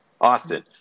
Austin